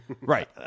Right